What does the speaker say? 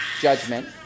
judgment